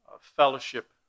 fellowship